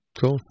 Cool